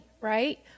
right